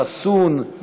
חסוּן,